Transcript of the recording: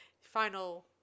final